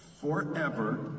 forever